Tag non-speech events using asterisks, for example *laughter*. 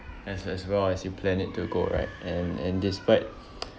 as as well as you plan it to go right and and despite *noise*